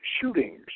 shootings